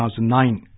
2009